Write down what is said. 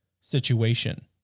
situation